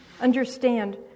Understand